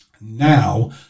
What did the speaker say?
Now